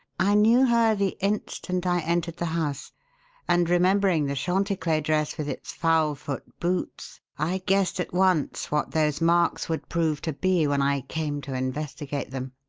i knew her the instant i entered the house and, remembering the chanticler dress with its fowl's-foot boots, i guessed at once what those marks would prove to be when i came to investigate them.